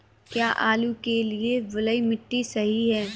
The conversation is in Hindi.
क्या आलू के लिए बलुई मिट्टी सही है?